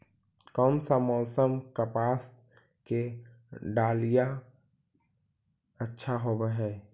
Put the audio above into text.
कोन सा मोसम कपास के डालीय अच्छा होबहय?